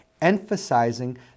emphasizing